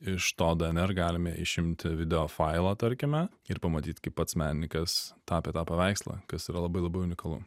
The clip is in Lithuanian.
iš to dnr galime išimti video failą tarkime ir pamatyt kaip pats menininkas tapė tą paveikslą kas yra labai labai unikalu